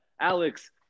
Alex